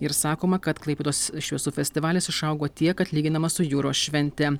ir sakoma kad klaipėdos šviesų festivalis išaugo tiek kad lyginamas su jūros švente